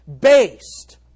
based